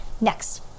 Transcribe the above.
next